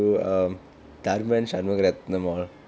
to um tharman shanmugaratnam all